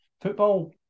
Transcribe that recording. football